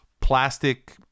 plastic